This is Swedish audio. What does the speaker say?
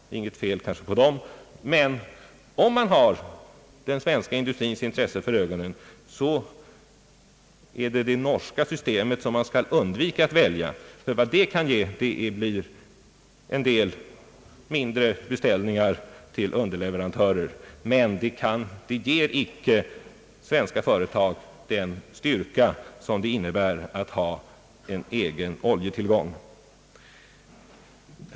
Det är kanske inget fel på dem, men om man har den svenska industrins intressen för ögonen, bör man undvika att välja det norska systemet, ty vad det kan ge är bara en del mindre beställningar till underleverantörer. Det ger icke svenska företag den styrka som en egen oljetillgång innebär.